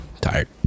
Tired